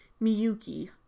Miyuki